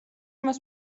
მას